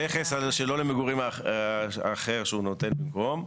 שלא למגורים האחר שהוא נותן במקום.